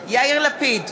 יאיר לפיד,